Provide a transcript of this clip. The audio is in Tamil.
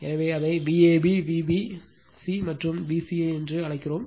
எனவே அதை Vab Vbc மற்றும் Vca என்று அழைக்கிறோம்